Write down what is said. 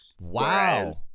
Wow